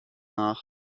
nach